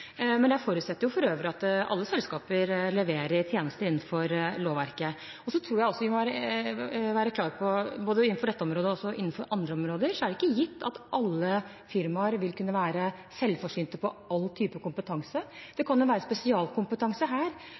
alle selskaper leverer tjenester innenfor lovverket. Jeg tror også vi må være klar på, innenfor både dette området og andre områder, at det ikke er gitt at alle firmaer vil kunne være selvforsynte med all type kompetanse. Det kan være spesialkompetanse